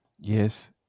Yes